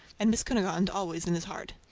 and miss cunegonde always in his heart.